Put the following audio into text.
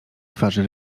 twarzy